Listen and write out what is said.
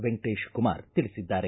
ವೆಂಕಟೇಶಕುಮಾರ್ ತಿಳಿಸಿದ್ದಾರೆ